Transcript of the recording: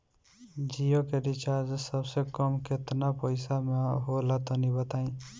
जियो के रिचार्ज सबसे कम केतना पईसा म होला तनि बताई?